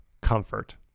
comfort